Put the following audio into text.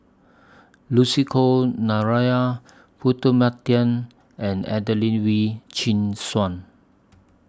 Lucy Koh and Adelene Wee Chin Suan